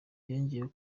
yongeyeho